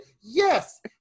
Yes